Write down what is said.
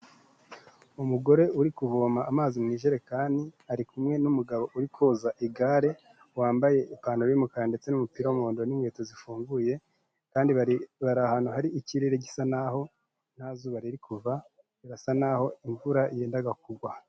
Umugore uri kuvoma amazi mu ijerekani, ari kumwe n'umugabo uri koza igare, wambaye ipantaro y'umukara ndetse n'umupira w'umuhondo n'inkweto zifunguye kandi bari ahantu hari ikirere gisa n'aho nta zuba riri kuva, birasa n'aho imvura yendaga kugwa.